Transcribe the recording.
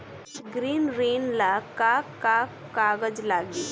गृह ऋण ला का का कागज लागी?